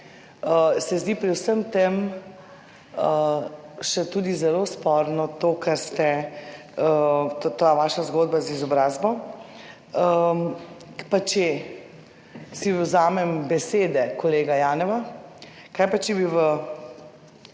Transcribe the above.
se zdi pri vsem tem še tudi zelo sporno to, kar ste, ta vaša zgodba z izobrazbo. Kaj pa če si vzamem besede kolega Janeva, kaj pa če bi v